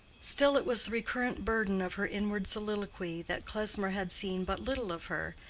still it was the recurrent burden of her inward soliloquy that klesmer had seen but little of her,